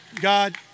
God